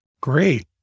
Great